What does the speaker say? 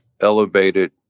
elevated